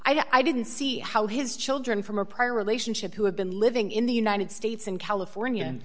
this i didn't see how his children from a prior relationship who had been living in the united states in california